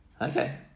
Okay